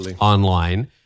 online